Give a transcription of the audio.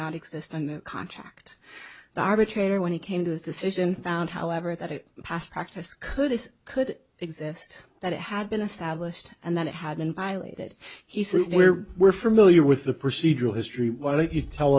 not exist and contract the arbitrator when it came to this decision found however that it past practice could it could exist that it had been established and that it had been violated he says where we're familiar with the procedural history why don't you tell